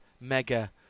mega